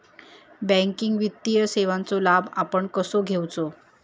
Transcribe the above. Banking वित्तीय सेवाचो लाभ आपण कसो घेयाचो?